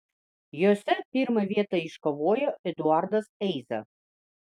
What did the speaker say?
jose pirmą vietą iškovojo eduardas eiza